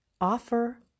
offer